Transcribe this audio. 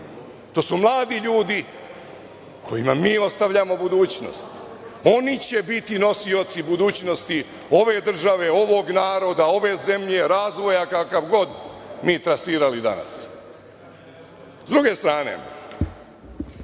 To su mladi ljudi kojima mi ostavljamo budućnost. Oni će biti nosioci budućnosti ove države, ovog naroda, ove zemlje, razvoja, kakav god mi trasirali danas.S druge strane,